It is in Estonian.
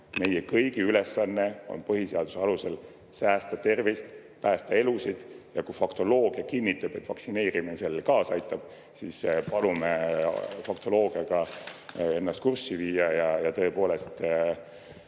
Meie kõigi ülesanne on põhiseaduse kohaselt säästa inimeste tervist, päästa elusid. Ja kui faktoloogia kinnitab, et vaktsineerimine sellele kaasa aitab, siis paluks faktoloogiaga ennast kurssi viia ja tõepoolest